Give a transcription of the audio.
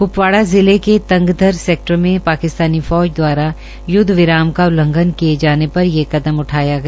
कपवाडा जिले के तंगघर सेक्टर में पाकिस्तानी फौज द्वारा युद्ध विराम का उल्लंघन किए जाने पर ये कदम उठाया गया